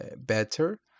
better